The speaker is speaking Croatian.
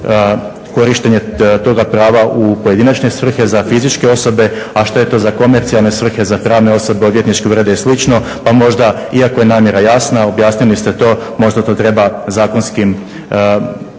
korištenje toga prava u pojedinačne svrhe za fizičke osobe a što je to za komercijalne svrhe za pravne osobe, odvjetničke urede i slično. Pa možda iako je namjera jasna objasnili ste to, možda to treba zakonskim